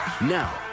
Now